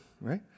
right